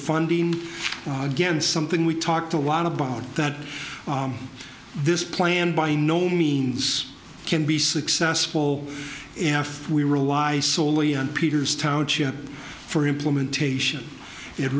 funding again something we talked a lot about that this plan by no means can be successful if we rely solely on peters township for implementation it